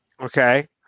Okay